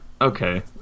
okay